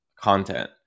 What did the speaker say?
content